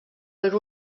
per